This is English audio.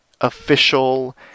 official